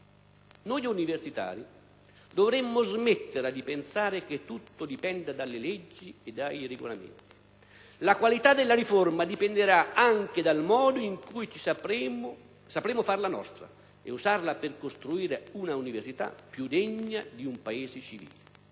«Noi universitari dovremmo smetterla di pensare che tutto dipenda dalle leggi e dai regolamenti: la qualità della riforma dipenderà anche dal modo in cui sapremo farla nostra e usarla per costruire una università più degna di un Paese civile».